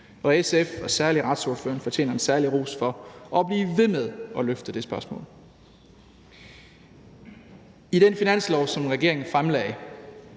Og SF og særlig retsordføreren fortjener en særlig ros for at blive ved med at løfte det spørgsmål. I den finanslov, som regeringen fremlagde,